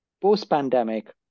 Post-pandemic